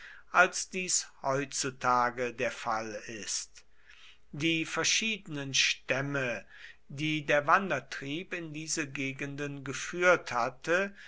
als dies heutzutage der fall ist die verschiedenen stämme die der wandertrieb in diese gegenden geführt hatte